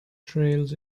trails